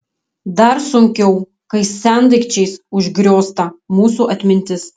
dar sunkiau kai sendaikčiais užgriozta mūsų atmintis